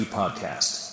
podcast